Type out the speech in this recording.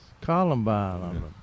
Columbine